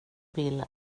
vill